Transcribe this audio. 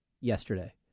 yesterday